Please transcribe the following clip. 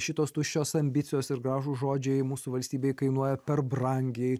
šitos tuščios ambicijos ir gražūs žodžiai mūsų valstybei kainuoja per brangiai